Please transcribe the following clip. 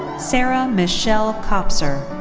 sarah michelle kopser.